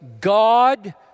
God